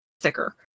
thicker